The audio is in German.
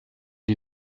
die